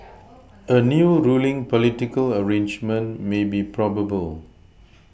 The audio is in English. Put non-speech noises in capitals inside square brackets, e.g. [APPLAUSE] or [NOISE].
[NOISE] a new ruling political arrangement may be probable